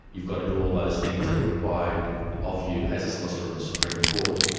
you've got to do all those things that are required of you as a solicitor of the supreme court.